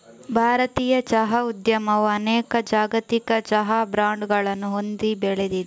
ಭಾರತೀಯ ಚಹಾ ಉದ್ಯಮವು ಅನೇಕ ಜಾಗತಿಕ ಚಹಾ ಬ್ರಾಂಡುಗಳನ್ನು ಹೊಂದಿ ಬೆಳೆದಿದೆ